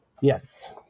Yes